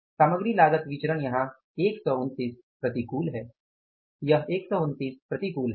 सामग्री लागत विचरण यहाँ 129 प्रतिकूल है यह 129 प्रतिकूल है